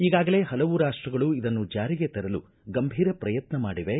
ಈಗಾಗಲೇ ಪಲವು ರಾಷ್ಟಗಳು ಇದನ್ನು ಜಾರಿಗೆ ತರಲು ಗಂಭೀರ ಪ್ರಯತ್ನ ಮಾಡಿವೆ